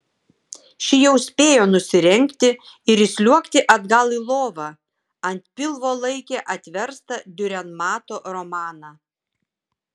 ši jau spėjo nusirengti ir įsliuogti atgal į lovą ant pilvo laikė atverstą diurenmato romaną